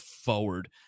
forward